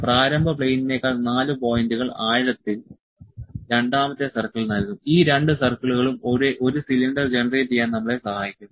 പ്രാരംഭ പ്ലെയിനിനേക്കാൾ 4 പോയിന്റുകൾ ആഴത്തിൽ രണ്ടാമത്തെ സർക്കിൾ നൽകും ഈ രണ്ട് സർക്കിളുകളും ഒരു സിലിണ്ടർ ജനറേറ്റ് ചെയ്യാൻ നമ്മളെ സഹായിക്കും